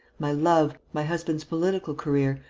my love, my husband's political career,